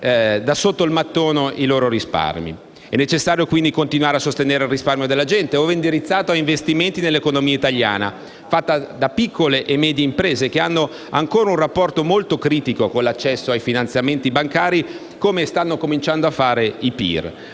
da sotto il mattone. È necessario quindi continuare a sostenere il risparmio della gente, ove indirizzato a investimenti nell'economia italiana, fatta da piccole e medie imprese, che hanno un rapporto ancora molto critico con l'accesso ai finanziamenti bancari, come hanno iniziato a fare i PIR.